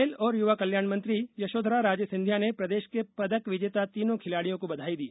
खेल और युवा कल्याण मंत्री यशोधरा राजे सिंधिया ने प्रदेश के पदक विजेता तीनो खिलाड़ियों को बधाई दी